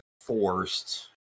forced